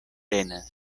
tenas